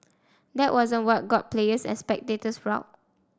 that wasn't what got players and spectators riled